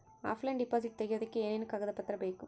Offline deposit ತೆಗಿಯೋದಕ್ಕೆ ಏನೇನು ಕಾಗದ ಪತ್ರ ಬೇಕು?